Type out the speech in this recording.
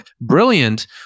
brilliant